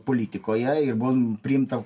politikoje ir buvom priimta